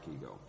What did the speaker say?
ego